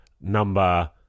number